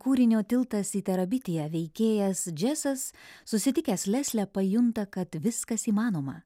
kūrinio tiltas į terabitiją veikėjas džesas susitikęs leslę pajunta kad viskas įmanoma